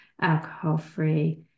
alcohol-free